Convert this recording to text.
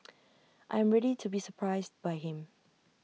I am ready to be surprised by him